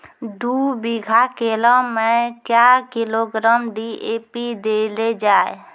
दू बीघा केला मैं क्या किलोग्राम डी.ए.पी देले जाय?